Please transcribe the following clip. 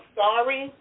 sorry